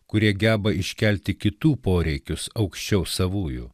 kurie geba iškelti kitų poreikius aukščiau savųjų